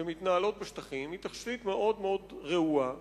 שמתנהלות בשטחים היא תשתית מאוד-מאוד רעועה,